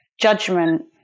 judgment